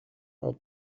are